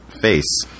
face